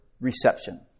reception